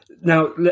now